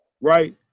Right